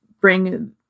bring